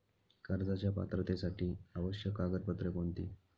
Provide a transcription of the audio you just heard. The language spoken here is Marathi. कर्जाच्या पात्रतेसाठी आवश्यक कागदपत्रे कोणती?